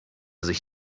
sich